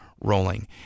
rolling